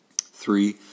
Three